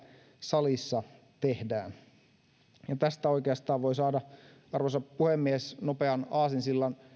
salissa tehdään tästä oikeastaan voi saada arvoisa puhemies nopean aasinsillan